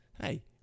Hey